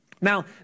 now